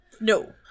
No